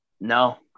No